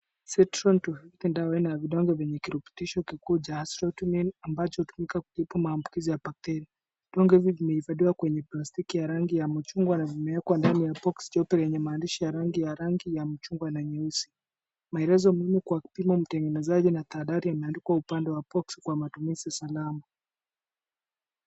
Zetron ni dawa ya aina viwango yenye kirutubisho kikuu cha asprin ambacho hutumika kutibu maambukizi ya bakteria. Vidonge hivi vimehifadhiwa kwenye plastiki ya rangi ya machungwa na vimewekwa ndani ya boksi jeupe lenye maandishi ya rangi ya rangi ya machungwa na nyeusi. Maelezo muhimu ya mtengenezaji yameandikwa upande wa boksi kwa matumizi salama.